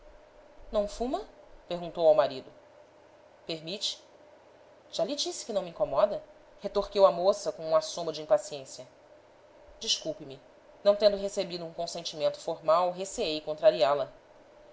não fuma perguntou ao marido permite já lhe disse que não me incomoda retorquiu a moça com um assomo de impaciência desculpe-me não tendo recebido um consentimento formal receei contrariá-la há